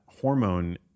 hormone